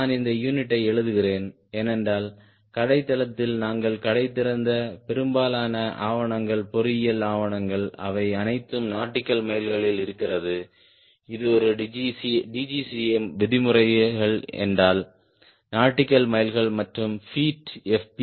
நான் இந்த யூனிட்டை எழுதுகிறேன் ஏனென்றால் கடைத் தளத்தில் நாங்கள் கண்டறிந்த பெரும்பாலான ஆவணங்கள் பொறியியல் ஆவணங்கள் அவை அனைத்தும் நாட்டிக்கல் மைல்களில் இருக்கிறது இது ஒரு DGCA விதிமுறைகள் என்றால் நாட்டிக்கல் மைல்கள் மற்றும் பீட் எஃப்